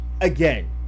Again